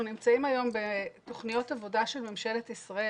נמצאים היום בתוכניות עבודה של ממשלת ישראל.